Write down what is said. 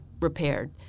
repaired